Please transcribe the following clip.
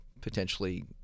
potentially